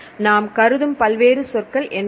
நாம் கருதும் பல்வேறு சொற்கள் என்னென்ன